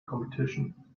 competition